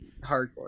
hardcore